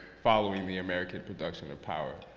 following the american production of power,